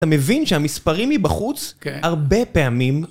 אתה מבין שהמספרים מבחוץ הרבה פעמים,